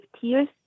tears